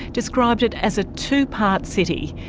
described it as a two-part city.